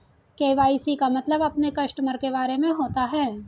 KYC का मतलब अपने कस्टमर के बारे में होता है